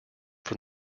from